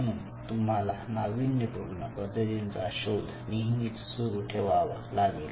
म्हणून तुम्हाला नाविन्यपूर्ण पद्धतींचा शोध नेहमीच सुरू ठेवावा लागेल